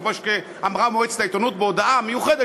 כמו שאמרה מועצת העיתונות בהודעה מיוחדת